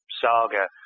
saga